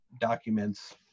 documents